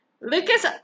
Lucas